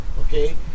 okay